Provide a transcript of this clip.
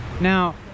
now